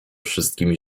wszystkimi